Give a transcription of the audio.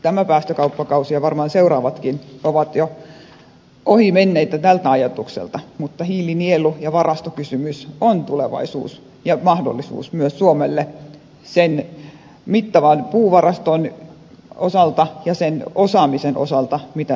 tämä päästökauppakausi ja varmaan seuraavatkin ovat jo ohi menneitä tältä ajatukselta mutta hiilinielu ja varastokysymys on tulevaisuus ja mahdollisuus myös suomelle sen mittavan puuvaraston osalta ja sen osaamisen osalta mitä suomessa on